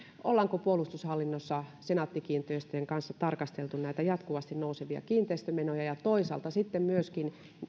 ollaanko puolustushallinnossa senaatti kiinteistöjen kanssa tarkasteltu näitä jatkuvasti nousevia kiinteistömenoja ja toisaalta sitten myöskin